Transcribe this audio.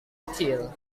kecil